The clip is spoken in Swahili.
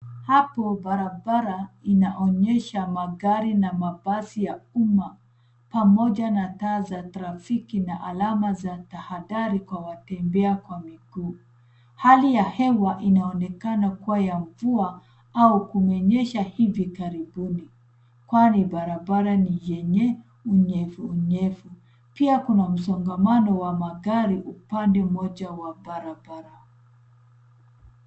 Hapo barabara inaonyesha magari na mavazi ya umma pamoja na taa za trafiki na alama za tahadhari kwa watembea kwa miguu, hali ya hewa inaonekana kuwa ya mvua au kumenyesha hivi karibuni kwani barabara ni yenye unyevu nyevu. Pia kuna msongamano wa magari upande moja wa barabara.